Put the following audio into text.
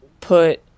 put